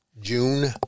June